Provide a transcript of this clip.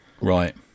Right